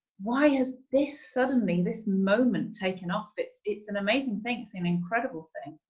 why has this suddenly this moment taken off? it's it's an amazing thing, it's an incredible thing,